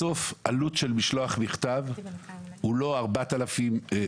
בסוף עלות של משלוח מכתב היא לא 450